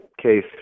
case